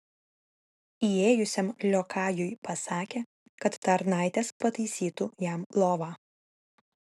įėjusiam liokajui pasakė kad tarnaitės pataisytų jam lovą